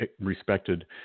respected